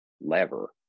lever